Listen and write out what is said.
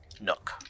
nook